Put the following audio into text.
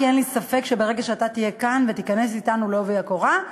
כי אין לי ספק שברגע שאתה תהיה כאן ותיכנס אתנו בעובי הקורה,